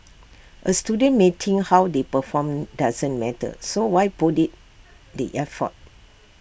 A student may think how they perform doesn't matter so why put IT the effort